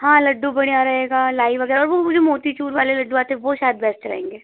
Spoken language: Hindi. हाँ लड्डू बुंदिया रहेगा लाइ वगेरह और वो वो जो मोती चूर वाले लड्डू आते हैं वो शायद बेस्ट रहेंगे